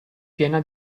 piena